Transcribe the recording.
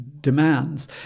demands